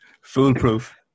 Foolproof